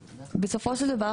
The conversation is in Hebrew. בסופו של דבר,